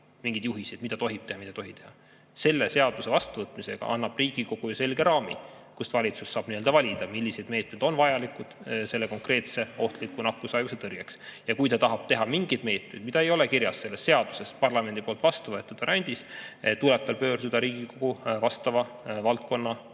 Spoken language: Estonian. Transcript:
mingeid juhiseid, mida tohib teha, mida ei tohi teha. Selle seaduse vastuvõtmisega annab Riigikogu ju selge raami, mille piires valitsus saab valida, millised meetmed on vajalikud selle konkreetse ohtliku nakkushaiguse tõrjeks. Ja kui ta tahab teha mingid meetmed, mida ei ole kirjas selle seaduse parlamendi poolt vastu võetud variandis, tuleb tal pöörduda Riigikogu vastava valdkonna